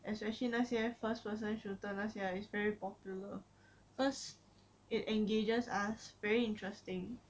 especially 那些 first person shooter 那些 ah it's very popular cause it engages us very interesting